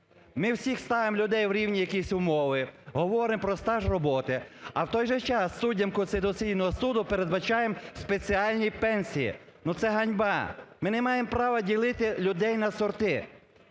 Ми всіх ставимо людей у рівні якісь умови, говоримо про стаж роботи, а в той же час, суддям Конституційного Суду передбачаємо спеціальні пенсії. Ну, це ганьба! Ми не маємо права ділити людей на сорти.